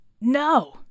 no